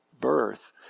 birth